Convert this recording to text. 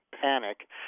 panic